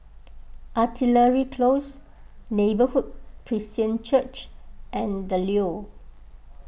Artillery Close Neighbourhood Christian Church and the Leo